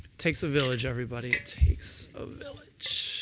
takes a village, everybody, it takes a village.